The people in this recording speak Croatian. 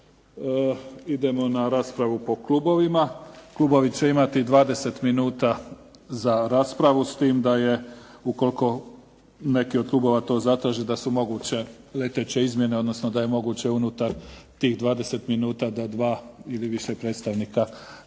Idemo na raspravu po klubovima. Klubovi će imati 20 minuta za raspravu, s tim da je ukoliko neki od klubova to zatraži da su moguće leteće izmjene, odnosno da je moguće unutar tih 20 minuta da 2 ili više predstavnika kluba